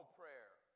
prayer